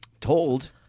told